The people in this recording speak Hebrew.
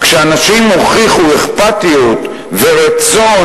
כשאנשים הוכיחו אכפתיות ורצון